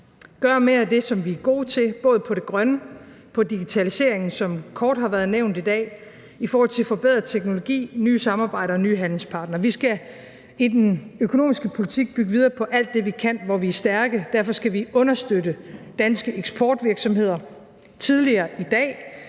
gøre mere af det, som vi er gode til, både på det grønne og på digitaliseringen, som kort har været nævnt i dag, i forhold til at få bedre teknologi, nye samarbejder og nye handelspartnere. Vi skal i den økonomiske politik bygge videre på alt det, vi kan, hvor vi er stærke, og derfor skal vi understøtte danske eksportvirksomheder. Tidligere i dag